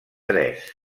tres